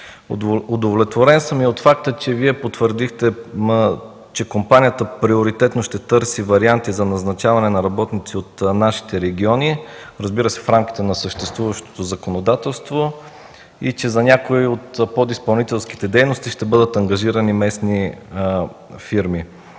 Удовлетворен съм и от факта, че Вие потвърдихте, че компанията приоритетно ще търси варианти за назначаване на работници от нашите региони, разбира се, в рамките на съществуващото законодателство, и че за някои от подизпълнителските дейности ще бъдат ангажирани местни фирми.